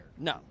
No